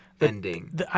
ending